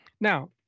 Now